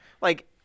like-